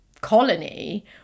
colony